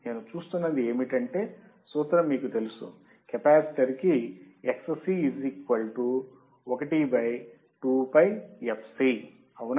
నేను చూస్తున్నది ఏమిటంటేసూత్రం మీకు తెలుసు కెపాసిటర్ కి అవునా